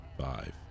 Five